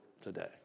today